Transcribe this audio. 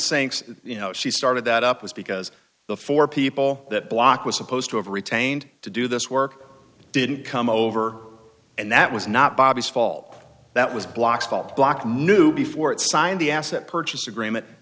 saying you know she started that up was because the four people that block was supposed to have retained to do this work didn't come over and that was not bobby's fault that was blocks called block knew before it signed the asset purchase agreement